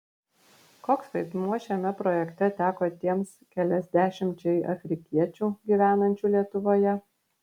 koks vaidmuo šiame projekte teko tiems keliasdešimčiai afrikiečių gyvenančių lietuvoje